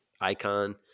icon